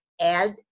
add